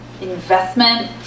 Investment